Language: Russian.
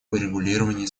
урегулировании